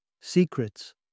Secrets